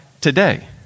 today